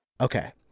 Okay